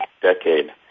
decade